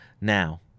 now